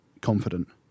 confident